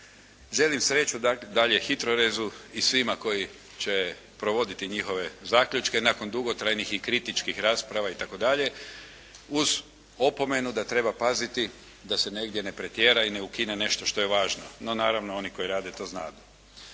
Želim sreću dalje HITRORezu i svima koji će provoditi njihove zaključke nakon dugotrajnih i kritičkih rasprava itd., uz opomenu da treba paziti da se negdje ne pretjera i ukine nešto što je važno. No, naravno oni koji to rade to znadu.